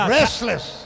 restless